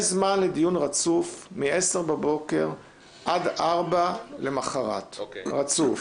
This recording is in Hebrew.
יש זמן לדיון רצוף מ-10:00 עד 16:00 למוחרת רצוף.